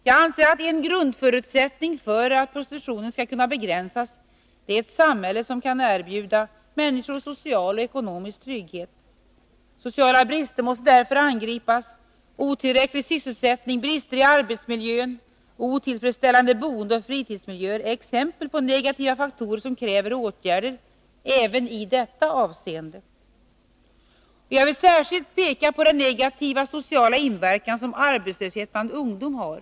Jag anser att en grundförutsättning för att prostitutionen skall kunna begränsas är ett samhälle som kan erbjuda människor social och ekonomisk trygghet. Sociala brister måste därför angripas. Otillräcklig sysselsättning, brister i arbetsmiljön och otillfredsställande boendeoch fritidsmiljö är exempel på negativa faktorer som kräver åtgärder även i detta avseende. Jag vill särskilt peka på den negativa sociala inverkan som arbetslöshet bland ungdom har.